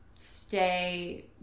stay